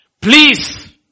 Please